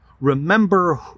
remember